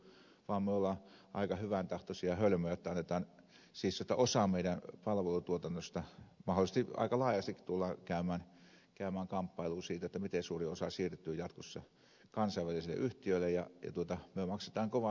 vaan me olemme aika hyväntahtoisia hölmöjä jotta osa meidän palvelutuotannosta annetaan mahdollisesti aika laajasti tullaan käymään kamppailua siitä miten suuri osa siirtyy jatkossa kansainvälisille yhtiöille ja maksetaan kova hinta siitä kyllä